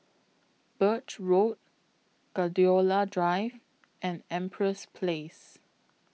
Birch Road Gladiola Drive and Empress Place